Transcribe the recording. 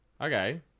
okay